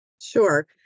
Sure